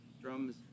drums